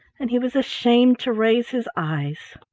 and he was ashamed to raise his eyes.